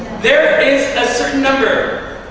there is a certain number.